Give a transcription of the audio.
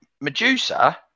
Medusa